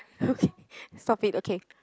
okay stop it okay